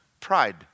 pride